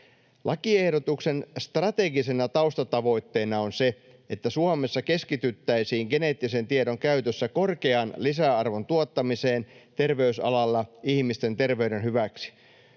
Lakiehdotuksen strategisena taustatavoitteena on se, että Suomessa keskityttäisiin geneettisen tiedon käytössä korkean lisäarvon tuottamiseen terveysalalla ihmisten terveyden hyväksi.